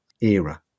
era